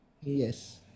yes